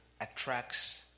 attracts